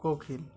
কোকিল